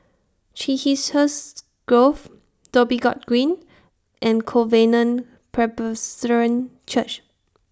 Chiselhurst Grove Dhoby Ghaut Green and Covenant Presbyterian Church